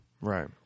right